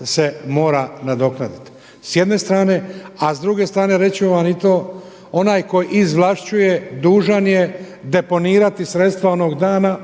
se mora nadoknaditi s jedne strane, a s druge strane reći ću vam i to onaj tko izvlašćuje dužan je deponirati sredstva onoga dana,